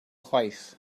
chwaith